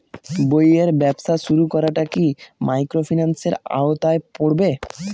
বইয়ের ব্যবসা শুরু করাটা কি মাইক্রোফিন্যান্সের আওতায় পড়বে?